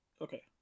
okay